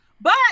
but-